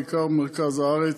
בעיקר במרכז הארץ.